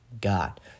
God